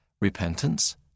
repentance